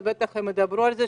ובטח ידברו על זה,